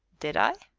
did i?